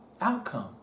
outcome